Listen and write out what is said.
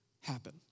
happen